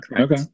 okay